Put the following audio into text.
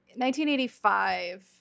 1985